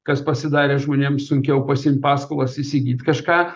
kas pasidarė žmonėms sunkiau pasiimt paskolas įsigyt kažką